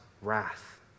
wrath